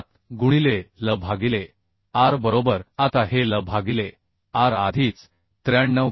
7 गुणिले L भागिले R बरोबर आता हे L भागिले R आधीच 93